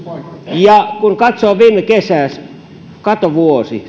ja kun katsoo viime kesää katovuosi